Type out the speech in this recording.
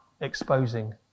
exposing